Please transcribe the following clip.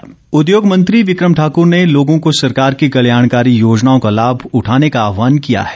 बिक्रम ठाकूर उद्योग मंत्री बिक्रम ठाकुर ने लोगों को सरकार की कल्याणकारी योजनाओं का लाभ उठाने का आहवान किया है